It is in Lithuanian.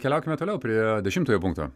ir keliaukime toliau prie dešimtojo punkto